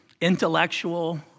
intellectual